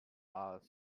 are